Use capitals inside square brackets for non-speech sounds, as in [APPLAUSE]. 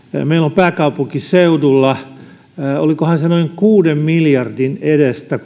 meillä on pääkaupunkiseudulla korjaustarvetta olikohan se noin kuuden miljardin edestä [UNINTELLIGIBLE]